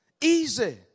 easy